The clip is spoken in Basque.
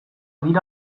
dira